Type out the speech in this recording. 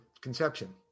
conception